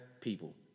people